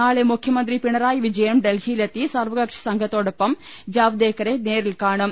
നാളെ മുഖ്യമന്ത്രി പിണറായി വിജയനും ഡൽഹിയിലെത്തി സർവകക്ഷി സംഘത്തോടൊപ്പം ജാവ് ദേക്കറെ നേരിൽ കാണും